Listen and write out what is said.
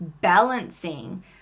balancing